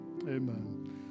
Amen